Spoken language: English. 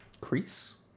crease